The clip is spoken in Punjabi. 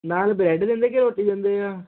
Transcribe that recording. ਨਾਲ ਬਰੈਡ ਦਿੰਦੇ ਕਿ ਰੋਟੀ ਦਿੰਦੇ ਆ